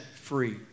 free